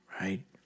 right